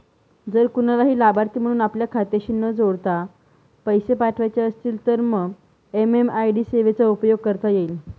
जर कुणालाही लाभार्थी म्हणून आपल्या खात्याशी न जोडता पैसे पाठवायचे असतील तर एम.एम.आय.डी सेवेचा उपयोग करता येईल